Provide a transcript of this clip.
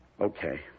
Okay